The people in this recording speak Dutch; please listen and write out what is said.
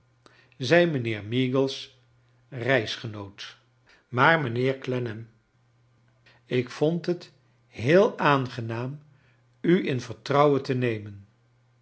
zei mijnheer meagles reisgenoot m iar mijnheer olenman ik vond kleine dorrit het heel aangenaam u in vertrouwen te nemem